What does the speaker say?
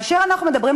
כאשר אנחנו מדברים,